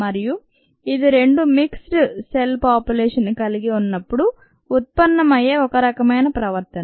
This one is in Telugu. మరియు ఇది రెండు మిక్స్డ్ సెల్ పోపులేషన్ ను కలిగి ఉన్నప్పుడు ఉత్పన్నమయ్యే ఒక రకమైన ప్రవర్తన